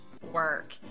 work